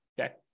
Okay